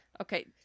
Okay